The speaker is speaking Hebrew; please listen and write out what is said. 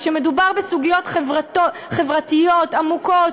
מדובר בסוגיות חברתיות עמוקות,